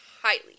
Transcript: Highly